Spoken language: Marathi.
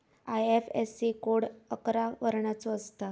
आय.एफ.एस.सी कोड अकरा वर्णाचो असता